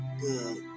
good